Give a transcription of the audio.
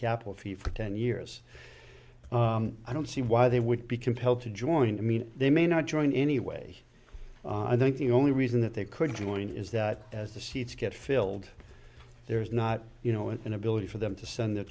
capital fee for ten years i don't see why they would be compelled to join i mean they may not join anyway i think the only reason that they couldn't join is that as the seats get filled there's not you know an inability for them to send their